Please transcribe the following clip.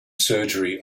surgery